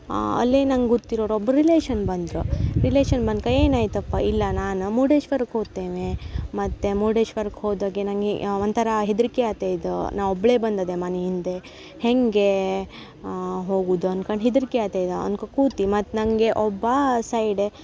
ಅಲ್ಲಿ ನಂಗೆ ಗೊತ್ತಿರೋರು ಒಬ್ರು ರಿಲೇಶನ್ ಬಂದರು ರಿಲೇಶನ್ ಬಂದ್ಕ ಏನಾಯಿತಪ್ಪ ಇಲ್ಲ ನಾನು ಮುಡೇಶ್ವರಕ್ಕೆ ಹೋತೇವೆ ಮತ್ತು ಮುರ್ಡೇಶ್ವರಕ್ಕೆ ಹೋದಗೆ ನನಗೆ ಒಂಥರ ಹೆದರಿಕೆ ಆತೆ ಇದು ನಾ ಒಬ್ಬಳೇ ಬಂದದೆ ಮನೆಯಿಂದ ಹೇಗೆ ಹೋಗುವುದು ಅನ್ಕೊಂಡು ಹೆದರಿಕೆ ಆತೆ ಇದು ಅನ್ಕೊ ಕೂತೆ ಮತ್ತು ನನಗೆ ಒಬ್ಬ ಸೈಡೆ